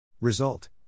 Result